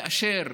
כאשר